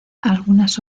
algunas